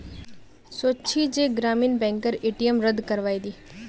सोच छि जे ग्रामीण बैंकेर ए.टी.एम रद्द करवइ दी